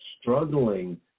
struggling